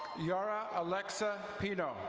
yara alexa pino.